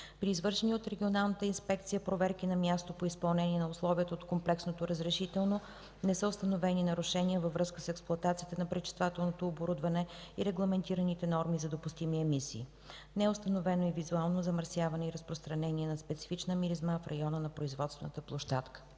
При извършени от Регионалната инспекция проверки на място по изпълнение на условията от комплексното разрешително, не са установени нарушения във връзка с експлоатацията на пречиствателното оборудване и регламентираните норми за допустими емисии. Не е установено и визуално замърсяване и разпространение на специфична миризма в района на производствената площадка.